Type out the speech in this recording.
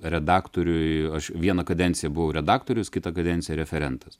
redaktoriui aš vieną kadenciją buvau redaktorius kitą kadenciją referentas